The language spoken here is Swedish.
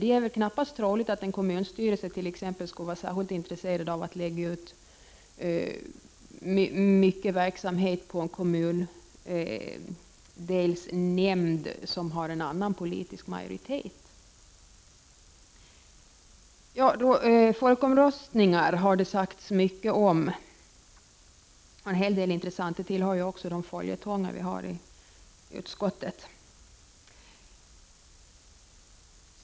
Det är knappast troligt att en kommunstyrelse skulle vara särskilt intresserad av att lägga ut mycket verksamhet på en kommundelsnämnd som har en annan politisk majoritet. Det har sagts mycket om folkomröstningar, och en hel del har varit intressant — frågan tillhör följetongerna i utskottet.